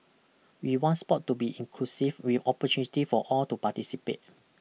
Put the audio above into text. we want sport to be inclusive with opportunities for all to participate